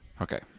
Okay